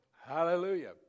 Hallelujah